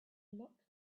locked